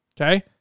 Okay